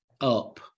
up